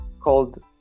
called